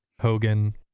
hogan